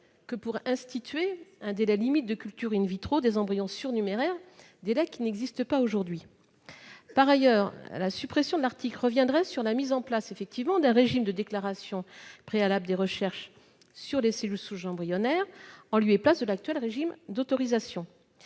que pour instituer un délai limite de culture des embryons surnuméraires, délai qui n'existe pas aujourd'hui. Par ailleurs, cette suppression reviendrait sur la mise en place d'un régime de déclaration préalable des recherches sur les cellules souches embryonnaires, en lieu et place de l'actuel régime d'autorisation.